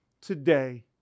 today